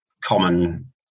common